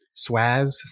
Swaz